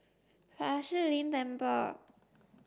Fa Shi Lin Temple